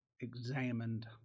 examined